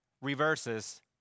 reverses